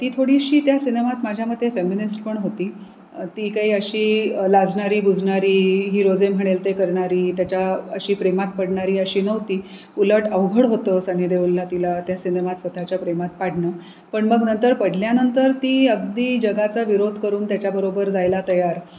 ती थोडीशी त्या सिनेमात माझ्यामते फेमिनिस्ट पण होती ती काही अशी लाजणारी बुजणारी हिरो जे म्हणेल ते करणारी त्याच्या अशी प्रेमात पडणारी अशी नव्हती उलट अवघड होतं सनी देवोलला तिला त्या सिनेमात स्वतःच्या प्रेमात पाडणं पण मग नंतर पडल्यानंतर ती अगदी जगाचा विरोध करून त्याच्याबरोबर जायला तयार